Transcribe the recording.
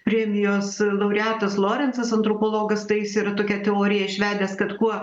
premijos laureatas lorencas antropologas tai jis yra tokią teoriją išvedęs kad kuo